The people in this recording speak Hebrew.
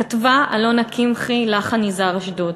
כתבה אלונה קמחי, לחן: יזהר אשדות.